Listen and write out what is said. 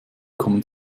kommen